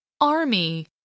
Army